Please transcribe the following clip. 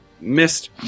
missed